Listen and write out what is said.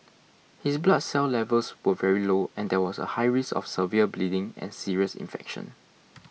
his blood cell levels were very low and there was a high risk of severe bleeding and serious infection